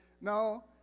No